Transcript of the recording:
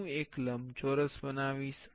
હું એક લંબચોરસ બનાવીશ